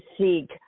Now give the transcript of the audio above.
seek